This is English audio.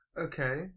Okay